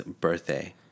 birthday